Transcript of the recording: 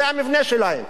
זה המבנה שלהם.